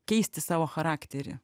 keisti savo charakterį